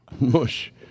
Mush